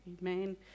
Amen